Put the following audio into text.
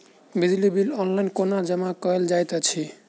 बिजली bill online कोना जमा कएल जाइत अछि?